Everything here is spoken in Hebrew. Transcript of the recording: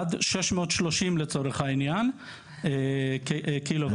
עד 630 לצורך העניין קילו וואט.